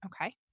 Okay